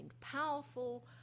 powerful